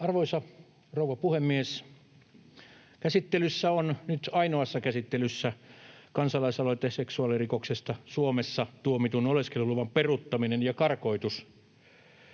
Arvoisa rouva puhemies! Käsittelyssä on — nyt ainoassa käsittelyssä — kansalaisaloite ”Seksuaalirikoksesta Suomessa tuomitun oleskeluluvan peruuttaminen ja karkoitus”.